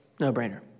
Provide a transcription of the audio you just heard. No-brainer